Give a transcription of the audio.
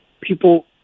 people